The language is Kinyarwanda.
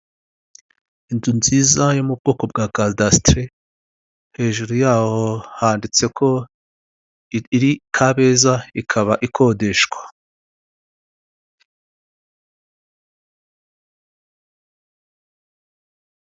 Iyi ni inyubako irimo amacumbi y'abanyamahanga n'abanyagihugu aho bifashisha baruhukira igihe bavuye mu bindi bihugu baza mu Rwanda.